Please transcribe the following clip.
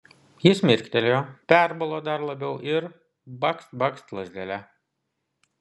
jis mirktelėjo perbalo dar labiau ir bakst bakst lazdele